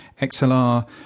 XLR